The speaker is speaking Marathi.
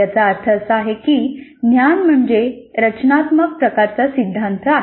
याचा अर्थ असा होतो की ज्ञान म्हणजे रचनात्मक प्रकारचा सिद्धांत आहे